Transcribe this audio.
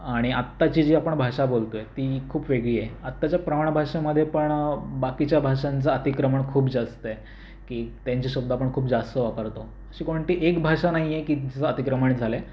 आणि आत्ताची जी आपण भाषा बोलत आहे ती खूप वेगळी आहे आत्ताच्या प्रमाणभाषेमध्ये पण बाकीच्या भाषांचं अतिक्रमण खूप जास्त आहे की त्यांचे शब्द आपण खूप जास्त वापरतो अशी कोणती एक भाषा नाही आहे की तिचं अतिक्रमण झालं आहे